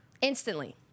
Instantly